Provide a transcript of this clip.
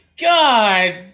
God